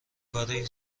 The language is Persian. کاری